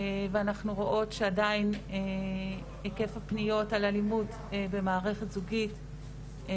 ואנחנו רואות שעדיין היקף הפניות על אלימות במערכת זוגית,